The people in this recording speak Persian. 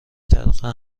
ترقه